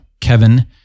Kevin